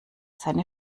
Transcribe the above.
seine